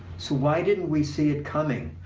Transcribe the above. so why didn't we see it coming,